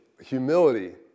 humility